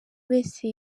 wese